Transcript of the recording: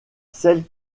celle